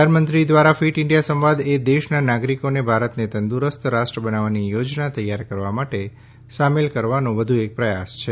પ્રધાનમંત્રી દ્વારા fit India સંવાદ એ દેશના નાગરિકોને ભારતને તંદુરસ્ત રાષ્ટ્ર બનાવવાની યોજના તૈયાર કરવા માટે શામેલ કરવાનો વધુ એક પ્રયાસ છે